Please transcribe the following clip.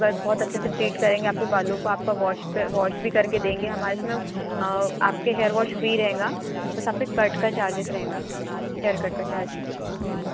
वा बहुत अच्छे से ट्रीट करेंगे आपके बालों को आपका वॉश वॉश भी करके देंगे हमारे इसमें आपके हेयर वॉश फ़्री रहेगा बस आपके कट का चार्जेस रहेगा हेयरकट का चार्ज लेंगे जी